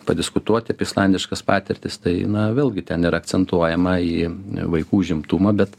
padiskutuot apie islandiškas patirtis tai na vėlgi ten yra akcentuojama į vaikų užimtumą bet